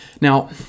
Now